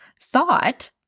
thought